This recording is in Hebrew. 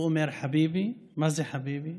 הוא אומר "חביבי" מה זה חביבי?